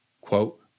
Quote